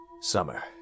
Summer